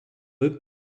eux